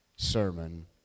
sermon